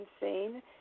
insane